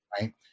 right